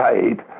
paid